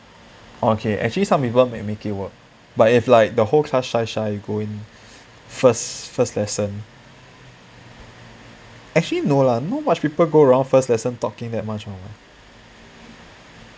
okay actually some people may make it work but if like the whole class shy shy you go in first first lesson actually no not much people go around talking that much one lah